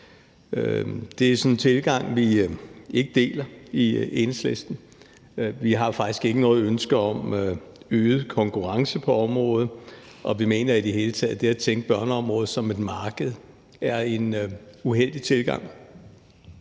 Det er sådan en tilgang, vi ikke deler i Enhedslisten. Vi har faktisk ikke noget ønske om øget konkurrence på området, og vi mener i det hele taget, at det at tænke børneområdet som et marked er en uheldig tilgang.